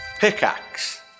pickaxe